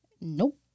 Nope